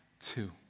two